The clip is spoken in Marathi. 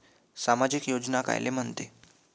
सामाजिक योजना कायले म्हंते?